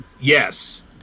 Yes